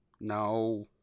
No